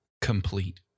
complete